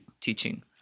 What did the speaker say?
teaching